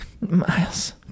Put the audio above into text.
Miles